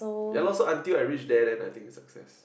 ya lor so until I reach there then I think is success